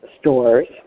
stores